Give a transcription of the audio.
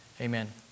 Amen